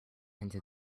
into